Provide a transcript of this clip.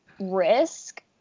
risk